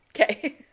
Okay